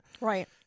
Right